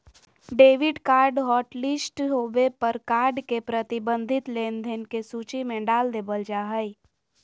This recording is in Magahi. डेबिट कार्ड हॉटलिस्ट होबे पर कार्ड के प्रतिबंधित लेनदेन के सूची में डाल देबल जा हय